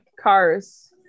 cars